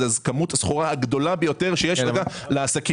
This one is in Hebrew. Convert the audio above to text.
זאת כמות הסחורה הגדולה ביותר שיש לעסקים.